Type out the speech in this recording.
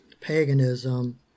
paganism